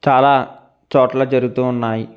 చాలా చోట్ల జరుగుతూ ఉన్నాయి